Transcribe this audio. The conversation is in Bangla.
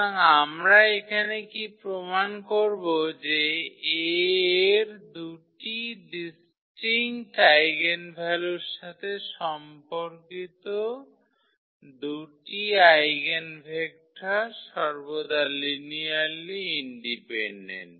সুতরাং আমরা এখানে কী প্রমাণ করব যে A এর দুটি ডিস্টিঙ্কট আইগেনভ্যালুর সাথে সম্পর্কিত দুটি আইগেনভেক্টর সর্বদা লিনিয়ারলি ইন্ডিপেনডেন্ট